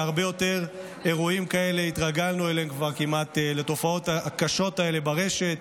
והתרגלנו להרבה יותר אירועים כאלה ולתופעות הקשות ברשת.